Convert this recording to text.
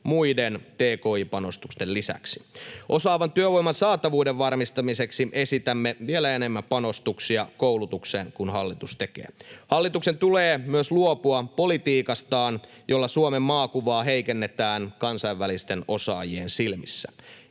muiden tki-panostusten lisäksi. Osaavan työvoiman saatavuuden varmistamiseksi esitämme vielä enemmän panostuksia koulutukseen kuin hallitus tekee. Hallituksen tulee myös luopua politiikastaan, jolla Suomen maakuvaa heikennetään kansainvälisten osaajien silmissä,